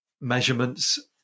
measurements